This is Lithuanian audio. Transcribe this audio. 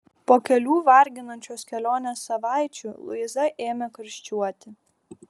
po kelių varginančios kelionės savaičių luiza ėmė karščiuoti